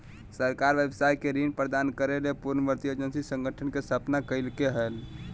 सरकार व्यवसाय के ऋण प्रदान करय ले पुनर्वित्त एजेंसी संगठन के स्थापना कइलके हल